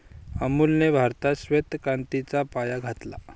अमूलने भारतात श्वेत क्रांतीचा पाया घातला